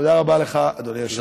תודה רבה לך, אדוני היושב-ראש.